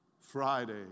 Friday